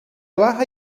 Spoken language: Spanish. baja